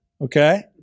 Okay